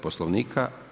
Poslovnika.